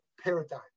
paradigm